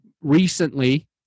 recently